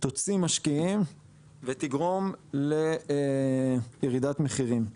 תוציא משקיעים ותגרום לירידת מחירים.